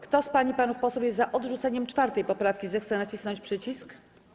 Kto z pań i panów posłów jest za odrzuceniem 4. poprawki, zechce nacisnąć przycisk.